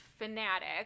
fanatic